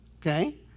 Okay